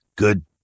good